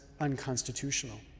unconstitutional